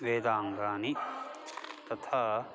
वेदाङ्गानि तथा